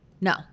No